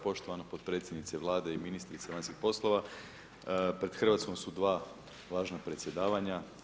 Poštovana potpredsjednice Vlade i ministrice vanjskih poslova, pred Hrvatskom su dva važna predsjedavanja.